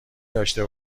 داشته